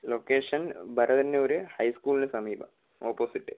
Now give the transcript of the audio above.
location Bharathannur ഹൈസ്കൂളിന് സമീപം opposite